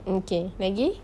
okay lagi